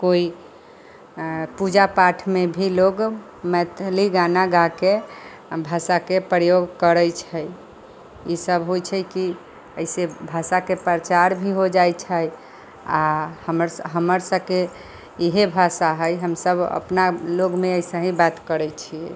कोइ पूजा पाठमे भी लोक मैथिली गाना गाके भाषाके प्रयोग करै छै ईसब होइ छै कि एहिसँ भाषाके प्रचार भी हो जाइ छै आओर हमर हमरसबके इएह भाषा हइ हमसब अपना लोकमे अइसे ही बात करै छिए